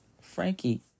Frankie